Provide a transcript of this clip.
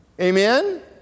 Amen